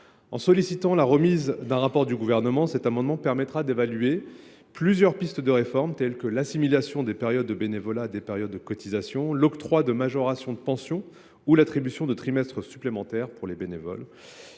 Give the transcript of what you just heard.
sollicitons la remise au Parlement permettra d’évaluer plusieurs pistes de réforme, telles que l’assimilation des périodes de bénévolat à des périodes de cotisation, l’octroi de majorations de pension ou l’attribution de trimestres supplémentaires pour les bénévoles.